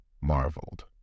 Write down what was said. marveled